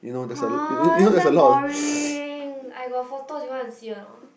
!huh! that's damn boring I got photos you want to see a not